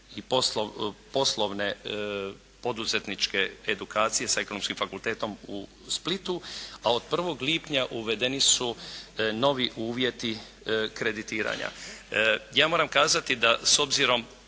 i poslovne poduzetničke edukacije sa ekonomskim fakultetom u Splitu, a od 1. lipnja uvedeni su novi uvjeti kreditiranja. Ja moram kazati da s obzirom